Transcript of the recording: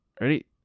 Ready